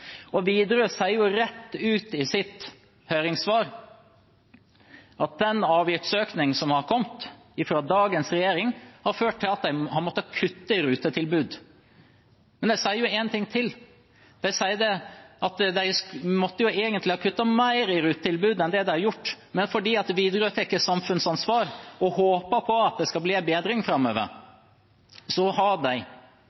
økning. Widerøe sier rett ut i sitt høringssvar at den avgiftsøkningen som er kommet fra dagens regjering, har ført til at man har måttet kutte i rutetilbud. Og de sier én ting til, at man måtte egentlig ha kuttet mer i rutetilbud enn det man har gjort, men fordi Widerøe tar samfunnsansvar, og håper på at det skal bli en bedring framover,